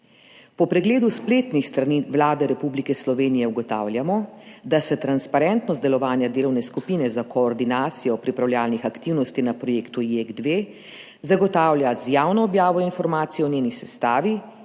»Po pregledu spletnih strani Vlade Republike Slovenije ugotavljamo, da se transparentnost delovanja delovne skupine za koordinacijo pripravljalnih aktivnosti na projektu JEK2 zagotavlja z javno objavo informacij o njeni sestavi,